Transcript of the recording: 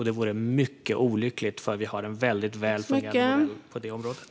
Det vore mycket olyckligt, för vi har en väldigt väl fungerande modell på det området.